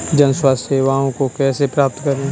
जन स्वास्थ्य सेवाओं को कैसे प्राप्त करें?